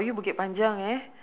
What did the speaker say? you won't regret